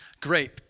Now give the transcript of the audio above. Great